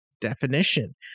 definition